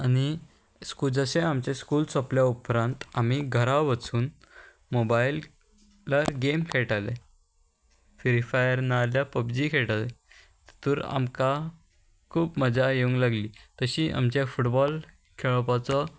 आनी स्कू जशें आमचें स्कूल सोंपल्या उपरांत आमी घरा वचून मोबायलार खेळटाले फ्री फायर ना जाल्यार पबजी खेळटाले तितूर आमकां खूब मजा येवंक लागली तशी आमचे फुटबॉल खेळोपाचो